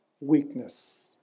weakness